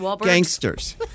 gangsters